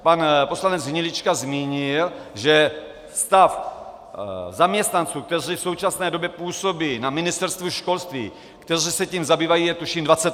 Pan poslanec Hnilička zmínil, že stav zaměstnanců, kteří v současné době působí na Ministerstvu školství, kteří se tím zabývají, je tuším 28.